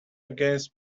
against